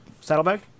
saddlebag